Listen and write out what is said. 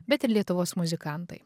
bet ir lietuvos muzikantai